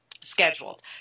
scheduled